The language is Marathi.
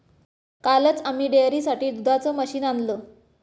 कालच आम्ही डेअरीसाठी दुधाचं मशीन आणलं